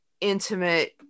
intimate